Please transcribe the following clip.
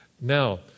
Now